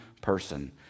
person